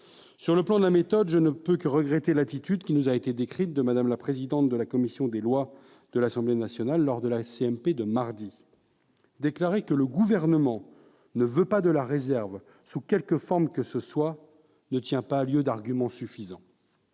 Sur le plan de la méthode, je ne peux que regretter l'attitude qui nous a été décrite de Mme la présidente de la commission des lois de l'Assemblée nationale lors de la commission mixte paritaire de mardi. Déclarer que le Gouvernement ne veut pas de la réserve sous quelque forme que ce soit ne tient pas lieu d'argument suffisant.